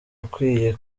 akwiye